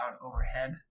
overhead